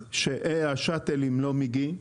שהשאטלים לא מגיעים,